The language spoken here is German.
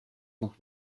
noch